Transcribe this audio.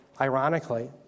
ironically